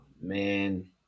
man